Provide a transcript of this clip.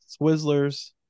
Swizzlers